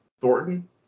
Thornton